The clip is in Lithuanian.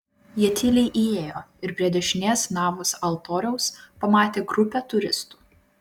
jie tyliai įėjo ir prie dešinės navos altoriaus pamatė grupę turistų